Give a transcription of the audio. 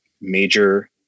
major